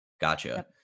Gotcha